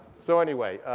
so anyway,